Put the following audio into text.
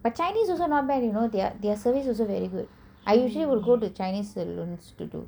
but chinese also not bad you know their their service also very good I usually will go to chinese salons to do